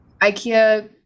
Ikea